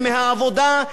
אם מהליכוד,